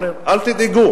אומרים: אל תדאגו,